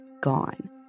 gone